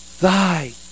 thy